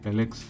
Alex